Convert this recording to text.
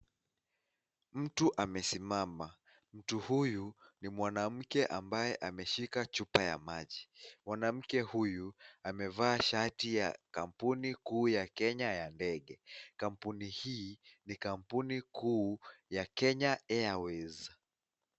Mtu amesimama. Mtu huyu ni mwanamke ambaye ameshika chupa ya maji. Mwanamke huyu amevaa shati ya kampuni kuu ya Kenya ya ndege. Kampuni hii ni kampuni kuu ya Kenya Airways.